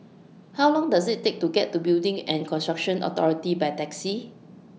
How Long Does IT Take to get to Building and Construction Authority By Taxi